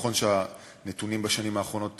נכון שהנתונים בשנים האחרונות